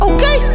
Okay